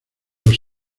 los